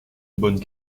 bonne